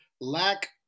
lack